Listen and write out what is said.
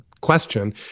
question